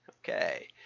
Okay